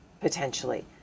potentially